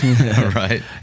Right